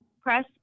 press